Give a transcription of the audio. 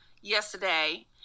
yesterday